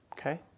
Okay